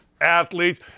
athletes